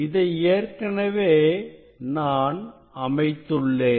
இதை ஏற்கனவே நான் அமைத்துள்ளேன்